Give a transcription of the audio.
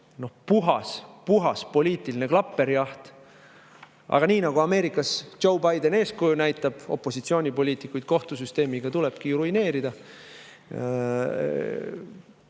on puhas poliitiline klaperjaht. Aga nii nagu Ameerikas Joe Biden eeskuju näitab, opositsioonipoliitikuid tulebki kohtusüsteemiga ruineerida.